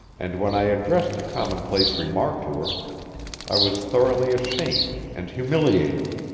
and when i addressed a commonplace remark to her i was thoroughly ashamed and humiliated.